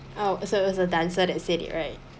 oh so it was a dancer that said it right